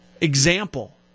example